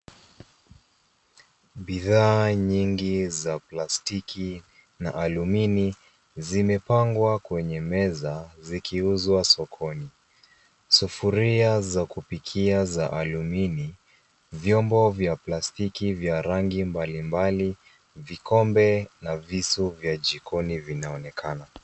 Bidhaa nyingi za plastiki na alumini zimepangwa kwenye meza zikiuzwa sokoni. Sufuria za kupikia za alumini vyombo vya plastiki vya rangi mbalimbali vikombe na Visu vya jikoni zinaonekana.